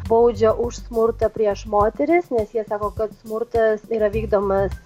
baudžia už smurtą prieš moteris nes jie sako kad smurtas yra vykdomas